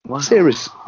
Serious